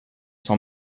son